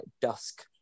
dusk